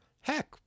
heck